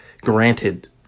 granted